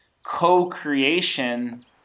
co-creation